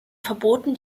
verboten